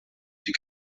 die